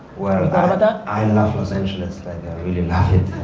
and i love los angeles, like i really love it.